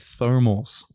thermals